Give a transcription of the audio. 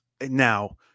Now